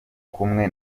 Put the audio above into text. kumwe